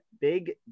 Big